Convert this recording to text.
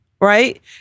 Right